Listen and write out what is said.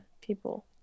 people